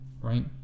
right